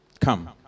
come